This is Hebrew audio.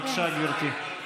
בבקשה, גברתי.